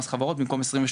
מס חברות וזה במקום 23%,